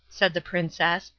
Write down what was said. said the princess,